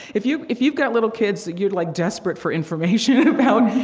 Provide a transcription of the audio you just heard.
if you if you've got little kids, you're like desperate for information about,